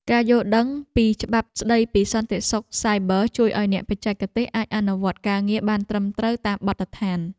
ការយល់ដឹងពីច្បាប់ស្តីពីសន្តិសុខសាយប័រជួយឱ្យអ្នកបច្ចេកទេសអាចអនុវត្តការងារបានត្រឹមត្រូវតាមបទដ្ឋាន។